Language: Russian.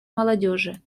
молодежи